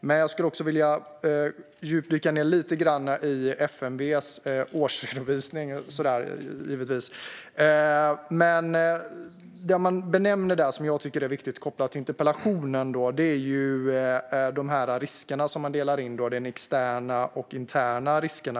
Men jag skulle också vilja djupdyka lite grann i FMV:s årsredovisning. Det man benämner där och som jag tycker är viktigt kopplat till interpellationen är indelningen i externa och interna risker.